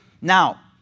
Now